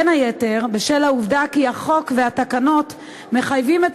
בין היתר בשל העובדה כי החוק והתקנות מחייבים את